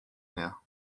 mehr